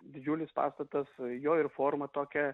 didžiulis pastatas jo ir forma tokia